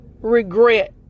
regret